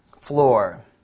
floor